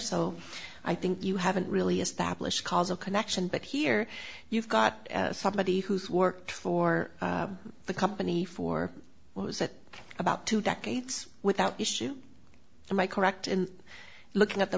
so i think you haven't really established causal connection but here you've got somebody who's worked for the company for what was it about two decades without issue and i correct in looking at the